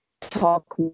talk